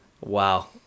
Wow